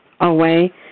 away